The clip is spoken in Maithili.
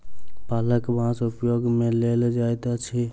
पाकल बाँस उपयोग मे लेल जाइत अछि